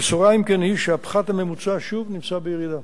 אם כן, הבשורה היא שהפחת הממוצע שוב נמצא בירידה.